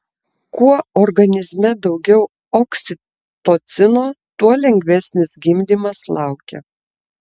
kuo organizme daugiau oksitocino tuo lengvesnis gimdymas laukia